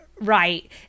Right